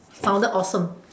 sounded awesome